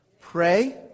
Pray